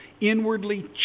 inwardly